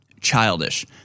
childish